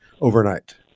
overnight